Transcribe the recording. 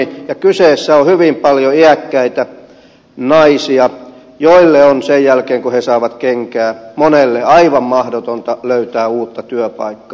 ja kyse on hyvin paljon iäkkäistä naisista joista monen on sen jälkeen kun he saavat kenkää aivan mahdotonta löytää uutta työpaikkaa